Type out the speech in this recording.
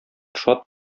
шат